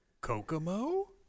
Kokomo